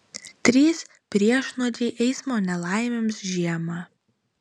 trys priešnuodžiai eismo nelaimėms žiemą